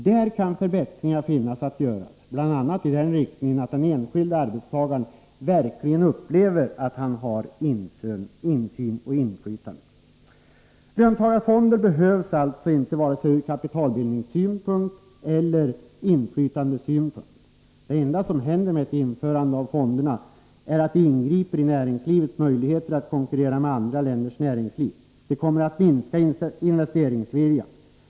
Där kan förbättringar finnas att göra, bl.a. i den riktningen att den enskilde arbetstagaren verkligen upplever att han har insyn och inflytande. Löntagarfonder behövs alltså inte vare sig ur kapitalbildningssynpunkt eller ur inflytandesynpunkt. Det enda som händer med införande av fonder är att de ingriper i näringslivets möjligheter att konkurrera med andra länders näringsliv. De kommer att minska investeringsviljan.